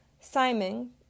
Simon